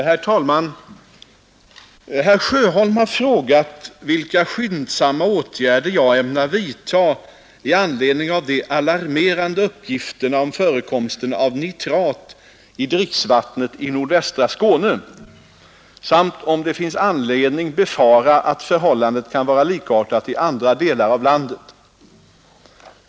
Her: talman! Herr Sjöholm har frågat vilka skyndsamma atgärder jag ämnar vidta i anledning av de alarmerande uppgifterna om törekomsten av nitrat i dricksvattnet i nordvästra Skane, samt om det finns anledning befara att förhallandet kan vara likartat i andra delar av landet.